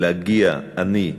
להגיע אני,